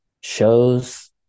shows